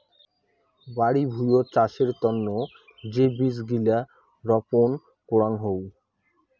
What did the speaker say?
বাড়ি ভুঁইয়ত চাষের তন্ন যে বীজ গিলা রপন করাং হউ